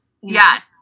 Yes